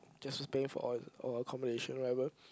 Justin's paying for all the all the accommodation or whatever